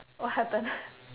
what happen